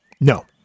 No